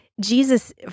Jesus